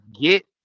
get